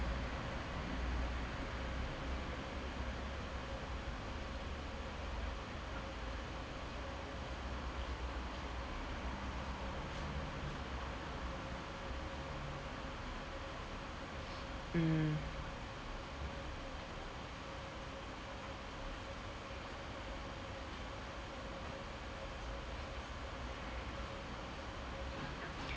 mm